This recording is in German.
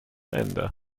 ende